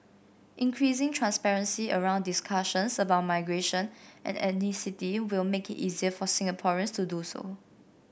increasing transparency around discussions about migration and ethnicity will make it easier for Singaporeans to do so